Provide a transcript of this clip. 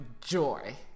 joy